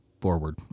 forward